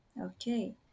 okay